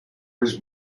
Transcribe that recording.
was